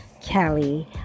Kelly